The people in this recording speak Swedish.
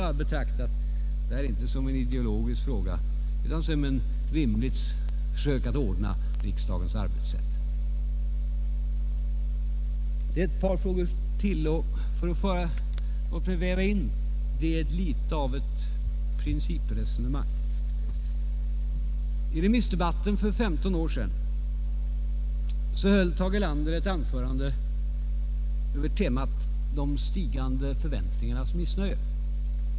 Vi betraktar inte detta som en ideologisk fråga utan som en rimlig metod att försöka ordna riksdagens arbetssätt. Sedan skall jag något beröra ett par frågor som jag vill väva in i ett litet principresonemang. Vid remissdebatten för 15 år sedan höll Tage Erlander ett anförande över temat ”de stigande förväntningarnas missnöje”.